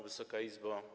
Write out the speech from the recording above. Wysoka Izbo!